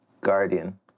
Guardian